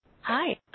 Hi